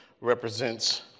represents